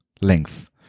length